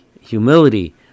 humility